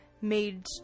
made